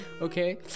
okay